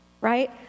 right